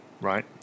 right